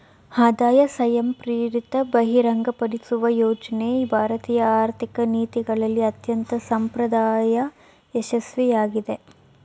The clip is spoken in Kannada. ಆದಾಯ ಸ್ವಯಂಪ್ರೇರಿತ ಬಹಿರಂಗಪಡಿಸುವ ಯೋಜ್ನ ಭಾರತೀಯ ಆರ್ಥಿಕ ನೀತಿಗಳಲ್ಲಿ ಅತ್ಯಂತ ಅಸಂಪ್ರದಾಯ ಯಶಸ್ವಿಯಾಗಿದೆ